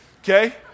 Okay